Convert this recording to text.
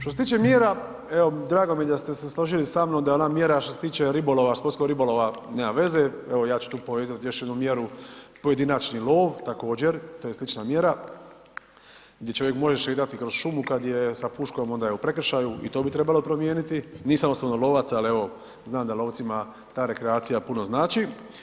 Što se tiče mjera, evo drago mi je da ste se složili sa mnom da je ona mjera što se tiče ribolova, sportskog ribolova, nema veze, evo ja ću tu povezat još jednu mjeru, pojedinačni lov također, to je slična mjera gdje čovjek može šetati kroz šumu kad je sa puškom onda je u prekršaju i to bi trebalo promijeniti, nisam osobno lovac, ali evo znam da lovcima ta rekreacija puno znači.